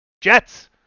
Jets